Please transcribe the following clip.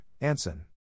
Anson